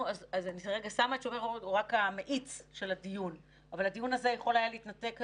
של הפעולה הצבאית,